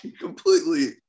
completely